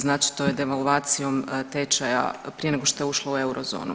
Znači to je devalvacijom tečaja prije nego što je ušla u eurozonu.